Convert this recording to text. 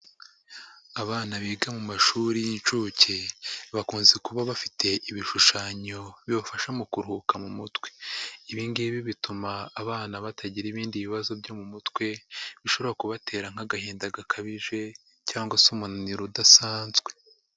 Abana biga mu mashuri y'inshuke, bakunze kuba bafite ibishushanyo bibafasha mu kuruhuka mu mutwe. Ibi ngibi bituma abana batagira ibindi bibazo byo mu mutwe, bishobora kubatera nk'agahinda gakabije cyangwa se umunaniro udasanzwe.